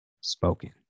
spoken